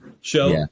show